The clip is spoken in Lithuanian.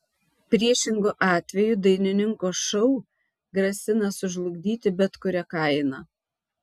priešingu atveju dainininko šou grasina sužlugdyti bet kuria kaina